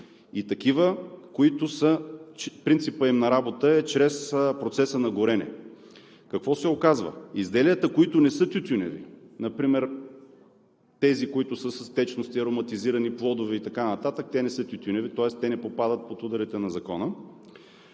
и такива, на които принципът им на работа е чрез процеса на горене. Какво се оказва? Изделията, които не са тютюневи например, тези, които са с течности, ароматизирани, плодови и така нататък, те не са тютюневи, тоест те не попадат под ударите на Закона,